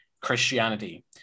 Christianity